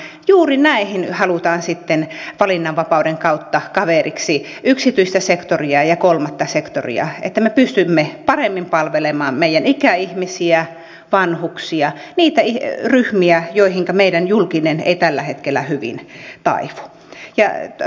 juuri näihin halutaan sitten valinnanvapauden kautta kaveriksi yksityistä sektoria ja kolmatta sektoria että me pystymme paremmin palvelemaan meidän ikäihmisiämme vanhuksia niitä ryhmiä joihin meidän julkisemme ei tällä hetkellä hyvin taivu